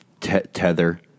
tether